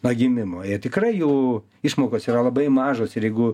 nuo gimimo jie tikrai jų išmokos yra labai mažos ir jeigu